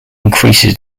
increases